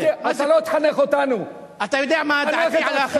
אם היא לא מוצאת חן בעיניך, מה עוד שאתה